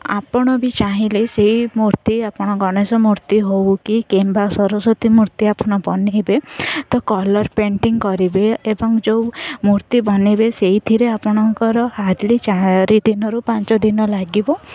ଆପଣ ବି ଚାହିଁଲେ ସେଇ ମୂର୍ତ୍ତି ଆପଣ ଗଣେଶ ମୂର୍ତ୍ତି ହଉ କି କିମ୍ବା ସରସ୍ଵତୀ ମୂର୍ତ୍ତି ଆପଣ ବନେଇବେ ତ କଲର୍ ପେଣ୍ଟିଂ କରିବେ ଏବଂ ଯେଉଁ ମୂର୍ତ୍ତି ବନେଇବେ ସେଇଥିରେ ଆପଣଙ୍କର ହାର୍ଡଲି ଚାରି ଦିନରୁ ପାଞ୍ଚ ଦିନ ଲାଗିବ